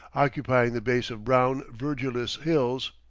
occupying the base of brown, verdureless hills.